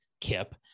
kip